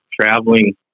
traveling